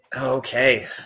Okay